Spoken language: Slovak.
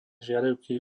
žiarivky